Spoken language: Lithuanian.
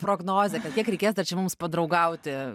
prognozė kad kiek reikės dar čia mums padraugauti